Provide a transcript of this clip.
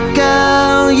girl